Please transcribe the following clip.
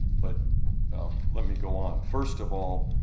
but let me go on. first of all,